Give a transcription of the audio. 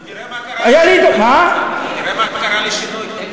ותראה מה קרה לשינוי.